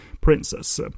Princess